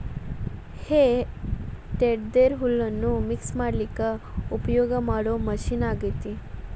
ಹೇ tedder ಹುಲ್ಲನ್ನ mix ಮಾಡ್ಲಿಕ್ಕೆ ಉಪಯೋಗ ಮಾಡೋ ಮಷೇನ್ ಆಗೇತಿ